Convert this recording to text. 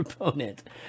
opponent